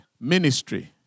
ministry